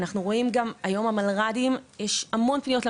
אנחנו רואים היום במלר"דים המון פניות,